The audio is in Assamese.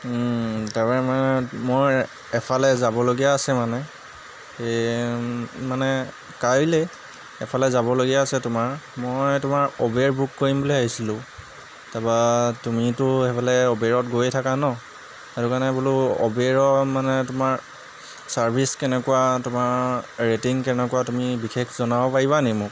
তাৰমানে মই এফালে যাবলগীয়া আছে মানে মানে কাইলৈ এফালে যাবলগীয়া আছে তোমাৰ মই তোমাৰ উবেৰ বুক কৰিম বুলি ভাবিছিলো তাৰপা তুমিতো সেইফালে উবেৰত গৈয়ে থাকা ন সেইটো কাৰণে বোলো উবেৰৰ মানে তোমাৰ ছাৰ্ভিচ কেনেকুৱা তোমাৰ ৰেটিং কেনেকুৱা তুমি বিশেষ জনাব পাৰিবা নেকি মোক